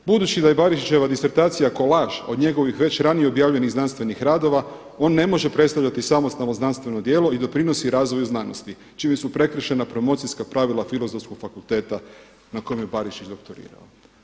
Budući da je Barišićeva disertacija kolaž od njegovih već ranije objavljenih znanstvenih radova on ne može predstavljati samostalno znanstveno djelo i doprinosi razvoju znanosti, čime su prekršena promocijska pravila Filozofskog fakulteta na kojem je Barišić doktorirao.